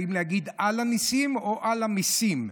האם להגיד "על הניסים" או "על המיסים",